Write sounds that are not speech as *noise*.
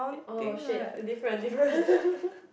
oh shit different different *laughs*